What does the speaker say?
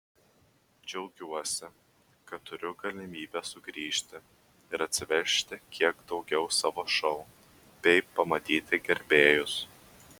džiaugiuosi kad turiu galimybę sugrįžti ir atsivežti kiek daugiau savo šou bei pamatyti gerbėjus